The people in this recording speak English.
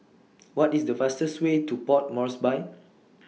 What IS The fastest Way to Port Moresby